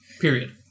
period